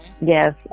Yes